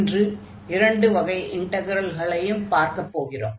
இன்று இரண்டு வகை இன்டக்ரல்களையும் பார்க்கப் போகிறோம்